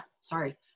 sorry